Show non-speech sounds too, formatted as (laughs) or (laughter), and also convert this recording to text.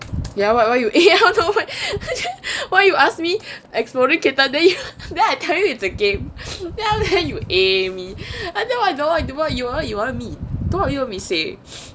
ya what why you (laughs) why you ask me exploding kittens then I tell you it's a game then after that you eh me I tell you you want me don't know what you want me say